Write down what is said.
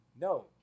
No